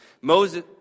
Moses